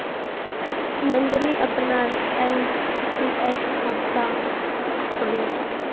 नंदनी अपनार एन.पी.एस खाता खोलले